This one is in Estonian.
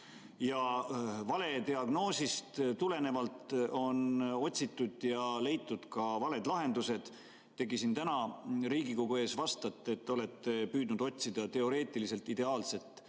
Valediagnoosist tulenevalt on otsitud lahendusi ja leitud on ka valed lahendused. Teiegi siin täna Riigikogu ees vastate, et te olete püüdnud otsida teoreetiliselt ideaalset